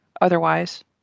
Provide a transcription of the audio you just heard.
otherwise